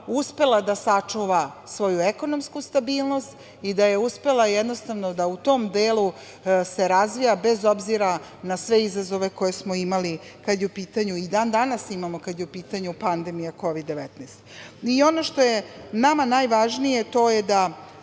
uspela da sačuva svoju ekonomsku stabilnost i da je uspela jednostavno da se u tom delu razvija, bez obzira na sve izazove koje smo imali kada je u pitanju, a i dan danas imamo kad je u pitanju pandemija Kovid-19.Ono što je nama najvažnije, to je da